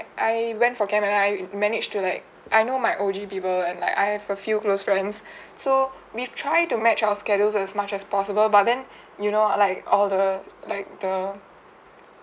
I went for camp and then I managed to like I know my O_G people and like I have a few close friends so we try to match our schedules as much as possible but then you know like all the like the